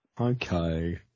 Okay